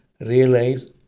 realize